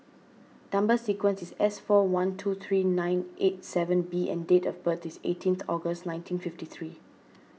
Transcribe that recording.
Number Sequence is S four one two three nine eight seven B and date of birth is eighteenth August nineteen fifty three